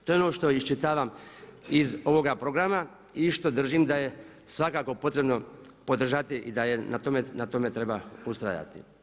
To je ono što iščitavam iz ovoga programa i što držim da je svakako potrebno podržati i da na tome treba ustrajati.